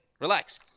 Relax